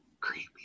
creepy